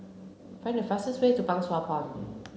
find the fastest way to Pang Sua Pond